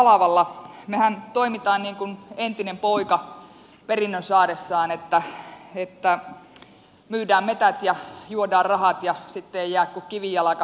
mehän toimimme niin kuin entinen poika perinnön saadessaan että myydään metsät ja juodaan rahat ja sitten ei jää kuin kivijalka perillisille